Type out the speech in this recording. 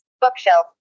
Bookshelf